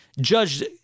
Judge